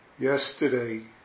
Yesterday